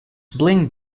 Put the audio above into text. blink